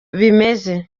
bimeze